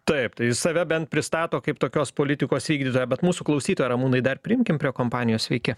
taip tai jis save bent pristato kaip tokios politikos vykdytoją bet mūsų klausytoją ramūnai dar priimkim prie kompanijos sveiki